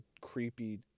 creepy